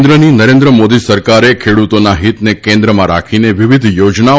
કેન્દ્રની નરેન્દ્ર મોદી સરકારે ખેડૂતોના હિતને કેન્દ્રમાં રાખીને વિવિધ યોજનાઓ